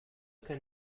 kann